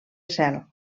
cel